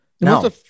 No